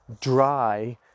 dry